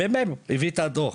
הממ"מ הביא את הדוח,